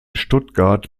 stuttgart